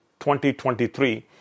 2023